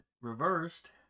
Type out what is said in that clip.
Reversed